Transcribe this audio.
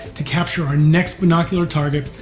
to capture our next binocular target,